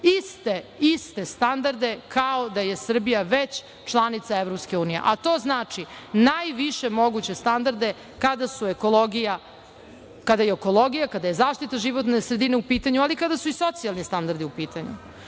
iste, iste standarde kao da je Srbija već članica EU, a to znači najviše moguće standarde kada je ekologija, kada je zaštita životne sredine u pitanju, ali kada su i socijalni standardi u pitanju.U